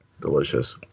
delicious